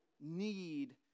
need